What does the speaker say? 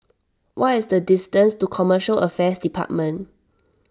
what is the distance to Commercial Affairs Department